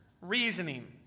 reasoning